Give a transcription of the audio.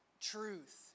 truth